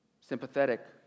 Sympathetic